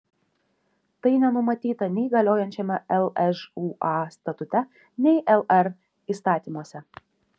tai nenumatyta nei galiojančiame lžūa statute nei lr įstatymuose